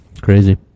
Crazy